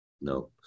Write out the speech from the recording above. no